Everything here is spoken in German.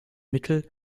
mittel